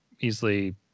easily